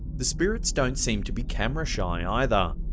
the spirits don't seem to be camera shy either.